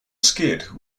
skid